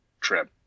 trip